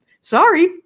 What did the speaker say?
Sorry